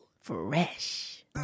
fresh